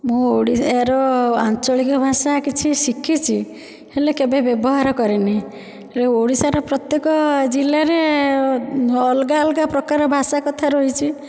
ମୁଁ ଓଡ଼ିଶାର ଆଞ୍ଚଳିକ ଭାଷା କିଛି ଶିଖିଛି ହେଲେ କେବେ ବ୍ୟବହାର କରିନି ହେଲେ ଓଡ଼ିଶାର ପ୍ରତ୍ୟକ ଜିଲ୍ଲାରେ ଅଲଗା ଅଲଗା ପ୍ରକାର ଭାଷା କଥା ରହିଛି